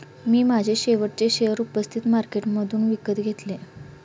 मी माझे शेवटचे शेअर उपस्थित मार्केटमधून विकत घेतले